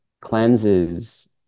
Cleanses